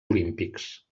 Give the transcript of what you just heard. olímpics